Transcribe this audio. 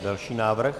Další návrh.